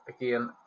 again